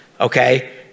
okay